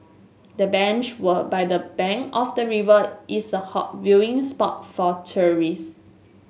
the bench were by the bank of the river is a hot viewing spot for tourist